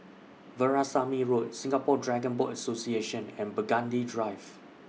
Veerasamy Road Singapore Dragon Boat Association and Burgundy Drive